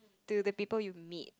to the people you meet